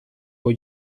con